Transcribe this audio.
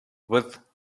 with